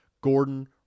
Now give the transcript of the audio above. Gordon